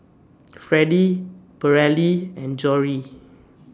Fredie Paralee and Jory